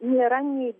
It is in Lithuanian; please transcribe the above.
nėra nei